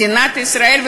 מדינת ישראל,